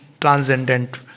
transcendent